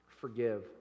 Forgive